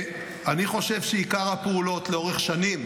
אני חושב שעיקר הפעולות לאורך שנים